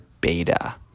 beta